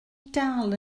dal